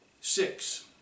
Six